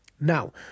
Now